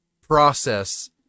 process